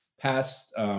past